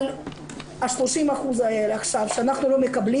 אבל ה-30% האלה עכשיו שאנחנו לא מקבלים,